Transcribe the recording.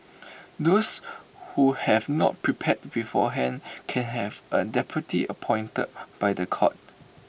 those who have not prepared beforehand can have A deputy appointed by The Court